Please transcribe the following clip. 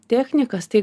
technikas tai